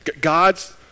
God's